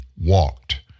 walked